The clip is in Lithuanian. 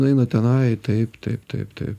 nueina tenai taip taip taip taip